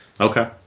Okay